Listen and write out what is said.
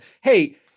Hey